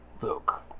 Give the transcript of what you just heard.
Look